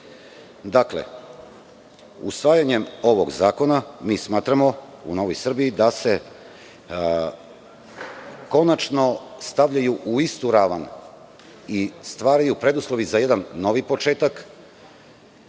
novca. Usvajanjem ovog zakona mi smatramo u Novoj Srbiji da se konačno stavljaju u istu ravan i stvaraju preduslovi za jedan novi početak,